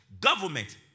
government